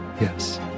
yes